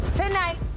Tonight